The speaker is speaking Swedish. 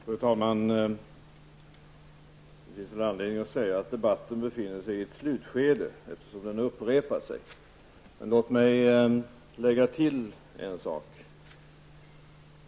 Fru talman! Det finns anledning att nämna att debatten befinner sig i ett slutskede eftersom den upprepar sig. Men låt mig lägga till ytterligare en sak.